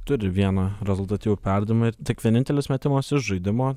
turi vieną rezultatyvų perdavimą ir tik vienintelis metimas iš žaidimo